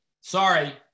Sorry